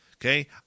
Okay